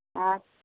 आर